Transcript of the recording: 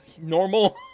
normal